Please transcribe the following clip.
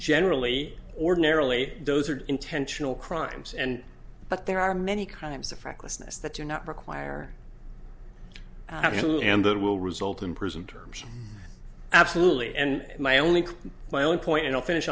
generally ordinarily those are intentional crimes and but there are many crimes of recklessness that do not require and that will result in prison terms absolutely and my only my own point and finish